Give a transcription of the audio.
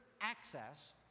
access